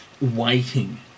waiting